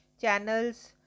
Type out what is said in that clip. channels